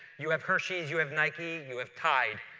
you have hershey's, you have nike, you have tide.